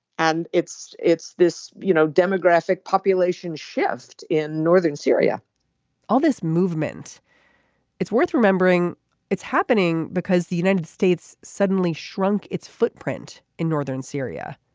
and it's it's this you know demographic population shift in northern syria all this movement it's worth remembering it's happening because the united states suddenly shrunk its footprint in northern syria.